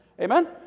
Amen